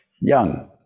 Young